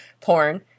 porn